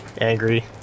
angry